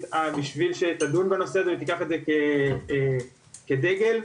על מנת שתדון בנושא הזה ותיקח את זה כנושא הדגל שלה,